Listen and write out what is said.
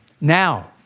Now